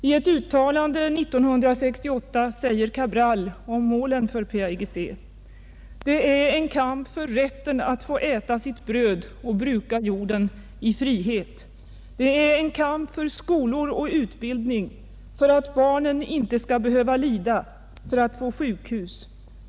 I ett uttalande 1968 säger Cabral om målen för PAIGC: ”Det är en kamp för rätten att få äta sitt bröd och bruka jorden — i frihet. En kamp för skolor och utbildning, för att barnen inte ska behöva lida, för att få sjukhus.